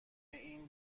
این